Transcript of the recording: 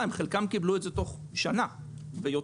חלקם קיבלו את זה תוך שנה ויותר.